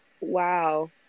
Wow